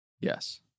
Yes